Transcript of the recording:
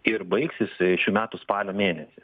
ir baigsis šių metų spalio mėnesį